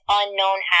unknown